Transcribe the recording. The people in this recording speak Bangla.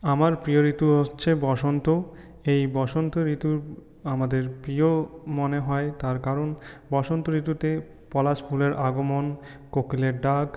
আমার প্রিয় ঋতু হচ্ছে বসন্ত এই বসন্ত ঋতু আমাদের প্রিয় মনে হয় তার কারণ বসন্ত ঋতুতে পলাশ ফুলের আগমন কোকিলের ডাক